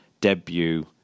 debut